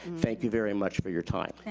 thank you very much for your time.